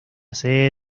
sede